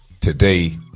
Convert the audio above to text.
Today